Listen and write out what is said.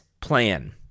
plan